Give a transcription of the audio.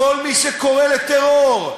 כל מי שקורא לטרור,